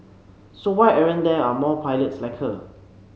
so why aren't there are more pilots like her